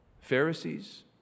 Pharisees